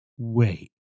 wait